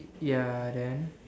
ya then